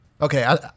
Okay